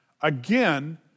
Again